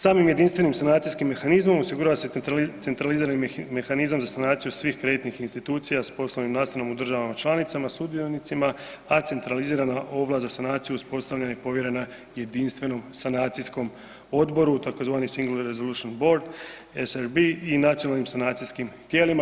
Samim jedinstvenim sanacijskim mehanizmom osigurava se centralizirani mehanizam za sanaciju svih kreditnih institucija s poslovnim nastanom u državama članicama sudionicima, a centralizirana ovlast za sanaciju uspostavljena je i povjerena jedinstvenom sanacijskom odboru tzv. Singl resolution bord SRB i nacionalnim sanacijskim tijelima.